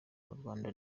rwanda